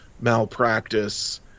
malpractice